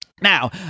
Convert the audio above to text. Now